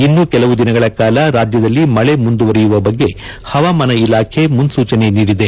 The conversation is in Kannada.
ಇನ್ನೂ ಕೆಲವು ದಿನಗಳ ಕಾಲ ರಾಜ್ಯದಲ್ಲಿ ಮಳೆ ಮುಂದುವರೆಯುವ ಬಗ್ಗೆ ಹವಾಮಾನ ಇಲಾಖೆ ಮುನ್ನೂಚನೆ ನೀಡಿದೆ